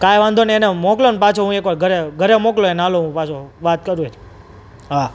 કાંઈ વાંધો નહીં એને મોકલો ને પાછો હું એક વાર ઘરે ઘરે મોકલો એને ચાલો પાછો વાત કરું હા